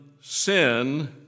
sin